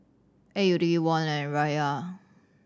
A U D Won and Riyal